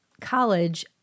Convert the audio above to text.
college